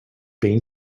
been